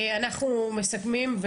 אנחנו מסכמים,